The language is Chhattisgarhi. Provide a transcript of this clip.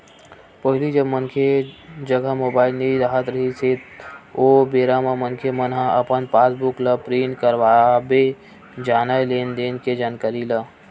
पहिली जब मनखे जघा मुबाइल नइ राहत रिहिस हे ओ बेरा म मनखे मन ह अपन पास बुक ल प्रिंट करवाबे जानय लेन देन के जानकारी ला